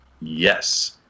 yes